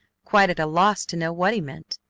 quite at a loss to know what he meant.